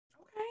Okay